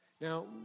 Now